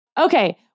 Okay